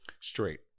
Straight